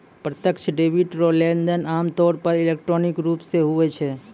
प्रत्यक्ष डेबिट रो लेनदेन आमतौर पर इलेक्ट्रॉनिक रूप से हुवै छै